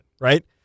right